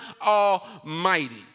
Almighty